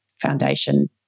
Foundation